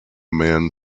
man